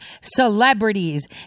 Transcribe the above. celebrities